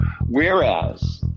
whereas